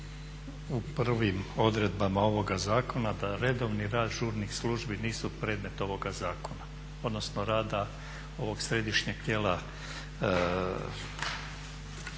u prvim odredbama ovoga zakona da redovni rad žurnih službi nisu predmet ovoga zakona, odnosno rada ovog Središnjeg tijela